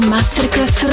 Masterclass